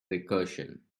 recursion